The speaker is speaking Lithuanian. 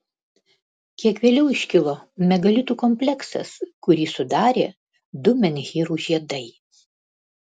kiek vėliau iškilo megalitų kompleksas kurį sudarė du menhyrų žiedai